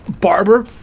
Barber